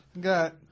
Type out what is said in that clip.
Got